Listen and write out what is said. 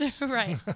right